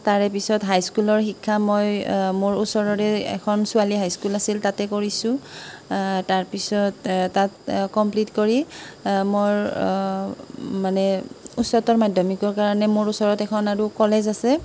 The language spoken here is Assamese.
মোৰ পঢ়া জীৱনৰ বিষয়ে হ'ল মই মোৰ মানে ঘৰৰ ওচৰৰ এখন প্ৰাথমিক বিদ্যালয় আছে তাতে মই মোৰ শিক্ষাৰ আৰম্ভণি কৰিছিলোঁ তাৰে পিছত হাইস্কুলৰ শিক্ষা মই মোৰ ওচৰৰে এখন ছোৱালী হাইস্কুল আছিল তাতে কৰিছোঁ তাৰ পিছত তাত কমপ্লিট কৰি মোৰ মানে উচ্চতৰ মাধ্যমিকৰ কাৰণে মোৰ ওচৰত এখন আৰু কলেজ আছে